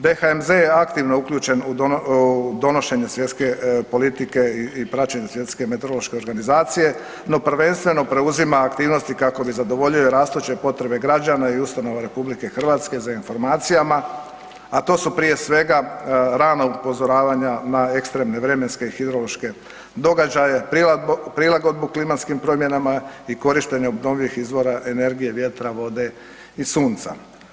DHMZ je aktivno uključen u donošenje svjetske politike i praćenje Svjetske meteorološke organizacije no prvenstveno preuzima aktivnosti kako bi zadovoljio rastuće potrebe građana i ustanova RH za informacijama a to su prije svega rana upozoravanja na ekstremne vremenske i hidrološke događaje, prilagodbu klimatskim promjenama i korištenja obnovljivih izvora energije, vjetra, vode i sunca.